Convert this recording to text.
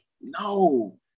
no